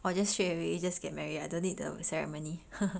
or just straight away just get married uh don't need the ceremony